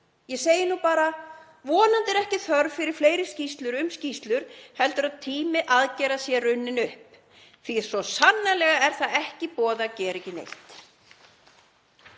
Ég segi nú bara: Vonandi er ekki þörf fyrir fleiri skýrslur um skýrslur heldur að tími aðgerða sé runninn upp því svo sannarlega er það ekki í boði að gera ekki neitt.